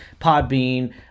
Podbean